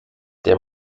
der